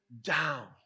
down